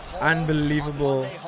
Unbelievable